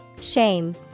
Shame